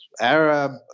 Arab